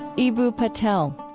eboo patel.